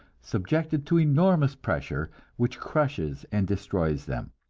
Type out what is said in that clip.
subjected to enormous pressure which crushes and destroys them,